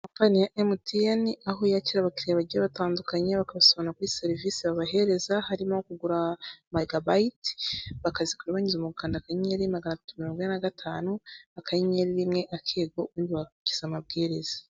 Kampani ya emutiyeni aho yakira abakiriya bagiye batandukanye bakabasobanurira kuri serivisi babahereza harimo kugura megabayiti bakazigura banyuze mu gukanda akanyenyeri magana atatu mirongo ine na gatanu akanyenyeri rimwe akego unundi bagakurikiriza amabwiriza.